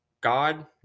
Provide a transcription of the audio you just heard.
God